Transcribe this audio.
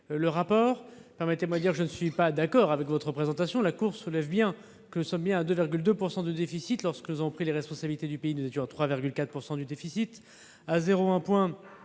du rapport. Permettez-moi de dire que je ne suis pas d'accord avec votre présentation. La Cour relève bien que nous sommes à 2,2 % de déficit, alors que, lorsque nous avons pris les responsabilités du pays, nous étions à 3,4 %: 0,1 point